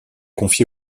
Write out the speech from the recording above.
confié